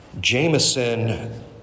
Jameson